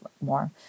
more